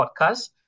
podcast